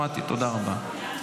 שמעתי, תודה רבה.